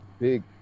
big